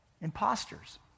imposters